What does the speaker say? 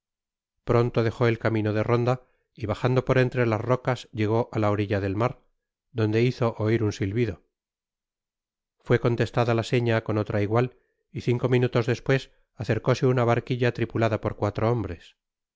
pronto dejó el camino de ronda y bajando por entre las rocas llegó á la orilla del mar donde hizo oir un silbido fué contestada la seña con otra igual y cinco minutos despues acercóse una barquilla tripulada por cuatro hombres